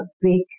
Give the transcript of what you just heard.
big